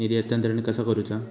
निधी हस्तांतरण कसा करुचा?